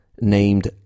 named